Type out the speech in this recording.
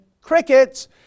crickets